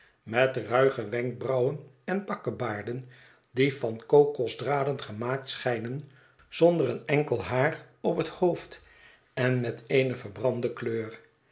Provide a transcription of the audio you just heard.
met ruige wenkbrauwen en bakkebaarden die van kokosdraden gemaakt schijnen zonder een enkel haar op het hoofd en met eene verbrande kleur